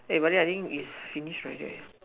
eh buddy I think it's finish right already